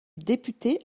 député